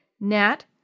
Nat